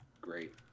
great